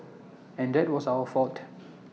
and that was our fault